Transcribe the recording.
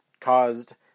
caused